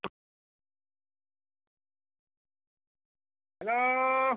hello